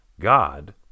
God